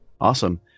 Awesome